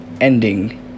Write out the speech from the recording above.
ending